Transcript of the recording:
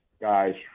guys